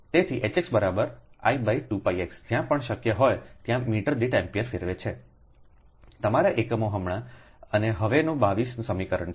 તેથીHx I2πxજ્યાં પણ શક્ય હોય ત્યાં મીટર દીઠએમ્પીયર ફેરવે છેતમારા એકમો હમણાં અને હવેનું 22 સમીકરણ છે